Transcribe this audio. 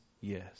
yes